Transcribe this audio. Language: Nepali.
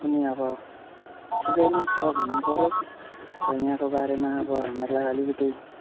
पनि अब ठिकै नै छ भन्नु पऱ्यो र यहाँको बारेमा अब हामीहरूलाई अलिकति